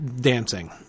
dancing